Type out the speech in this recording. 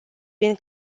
been